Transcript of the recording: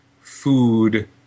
food